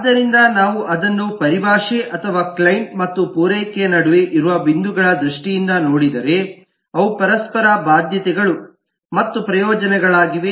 ಆದ್ದರಿಂದ ನಾವು ಅದನ್ನು ಪರಿಭಾಷೆ ಅಥವಾ ಕ್ಲೈಂಟ್ ಮತ್ತು ಪೂರೈಕೆಯ ನಡುವೆ ಇರುವ ಬಿಂದುಗಳ ದೃಷ್ಟಿಯಿಂದ ನೋಡಿದರೆ ಅವು ಪರಸ್ಪರ ಬಾಧ್ಯತೆಗಳು ಮತ್ತು ಪ್ರಯೋಜನಗಳಾಗಿವೆ